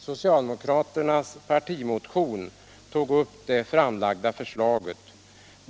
Socialdemokraternas partimotion tar upp det framlagda förslaget.